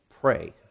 pray